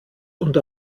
und